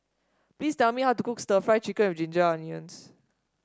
please tell me how to cook stir Fry Chicken with Ginger Onions